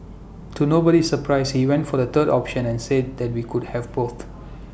to nobody's surprise he went for the third option and said that we could have both